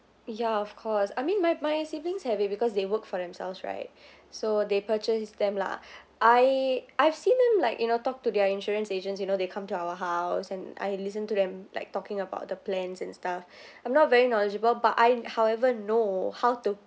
ya of course I mean my my siblings have it because they work for themselves right so they purchase them lah I I've seen them like you know talk to their insurance agents you know they come to our house and I listen to them like talking about the plans and stuff I'm not very knowledgeable but I however know how to